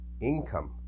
income